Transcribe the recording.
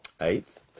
Eighth